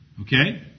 Okay